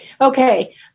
Okay